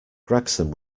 gregson